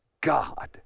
God